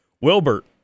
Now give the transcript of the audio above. Wilbert